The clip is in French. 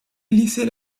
glisser